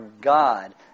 God